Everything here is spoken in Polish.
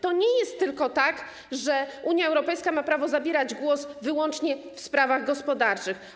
To nie jest tak, że Unia Europejska ma prawo zabierać głos wyłącznie w sprawach gospodarczych.